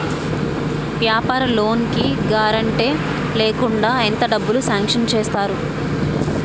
వ్యాపార లోన్ కి గారంటే లేకుండా ఎంత డబ్బులు సాంక్షన్ చేస్తారు?